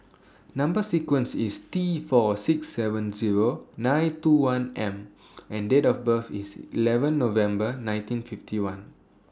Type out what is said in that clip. Number sequence IS T four six seven Zero nine two one M and Date of birth IS eleven November nineteen fifty one